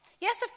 Yes